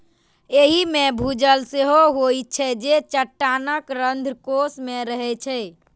एहि मे भूजल सेहो होइत छै, जे चट्टानक रंध्रकोश मे रहै छै